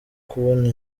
kubona